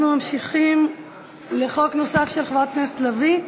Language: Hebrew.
אנחנו ממשיכים לחוק נוסף של חברת הכנסת לביא,